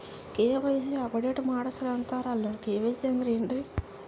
KYC update ಮಾಡಸ್ರೀ ಅಂತರಲ್ಲ KYC ಅಂದ್ರ ಏನ್ರೀ?